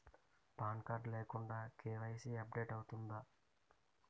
Pan card లేకుండా KYC update అవుతుందా?